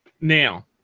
Now